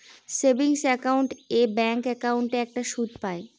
savings account এ bank একাউন্টে একটা সুদ পাই